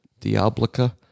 Diablica